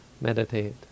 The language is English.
Meditate